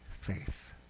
Faith